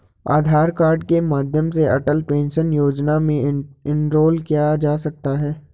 आधार card के माध्यम से अटल पेंशन योजना में इनरोल किया जा सकता है